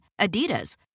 Adidas